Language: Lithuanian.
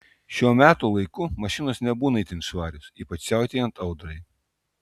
šiuo metų laiku mašinos nebūna itin švarios ypač siautėjant audrai